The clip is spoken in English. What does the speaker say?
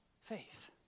Faith